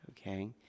Okay